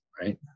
right